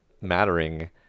mattering